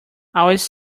always